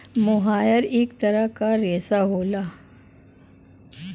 मोहायर इक तरह क रेशा होला